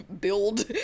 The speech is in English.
build